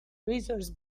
razors